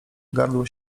gardło